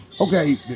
Okay